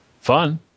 fun